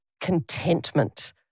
contentment